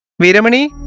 veeramani